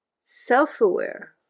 self-aware